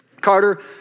Carter